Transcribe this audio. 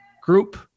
group